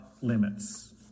limits